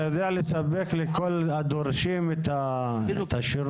אתה יודע לספק לכל הדורשים את השירות?